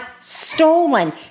stolen